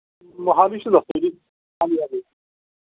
ਮੋਹਾਲੀ 'ਚ ਦੱਸ ਦਿਉ ਜੀ ਹਾਂਜੀ ਹਾਂਜੀ